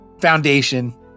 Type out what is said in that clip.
foundation